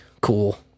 Cool